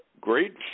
Great